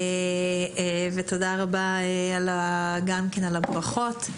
ועל הברכות.